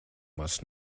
must